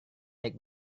naik